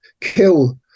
kill